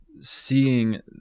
seeing